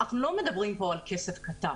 אנחנו לא מדברים פה על כסף קטן,